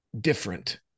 different